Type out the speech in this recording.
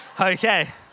okay